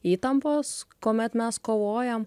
įtampos kuomet mes kovojam